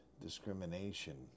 discrimination